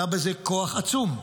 היה בזה כוח עצום,